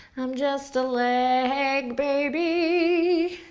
i'm just a leg baby